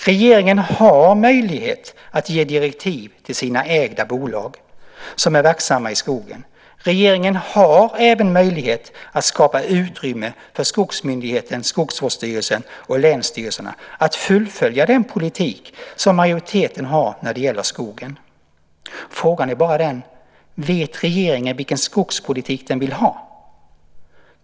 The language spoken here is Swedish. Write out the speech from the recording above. Regeringen har möjlighet att ge direktiv till de bolag de äger som är verksamma i skogen. Regeringen har även möjlighet att skapa utrymme för skogsmyndigheten, Skogsvårdsstyrelsen och länsstyrelserna att fullfölja den politik som majoriteten har när det gäller skogen. Frågan är bara: Vet regeringen vilken skogspolitik den vill ha?